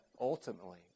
ultimately